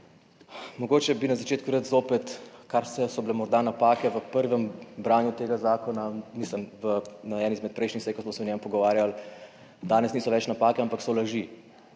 Mogoče bi na začetku rad zopet, kar so bile morda napake v prvem branju tega zakona, mislim, na eni izmed prejšnjih sej, ko smo se o njem pogovarjali, danes niso več napake, ampak so laži.